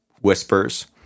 whispers